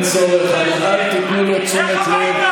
אנחנו נבוא אליך הביתה.